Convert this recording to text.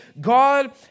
God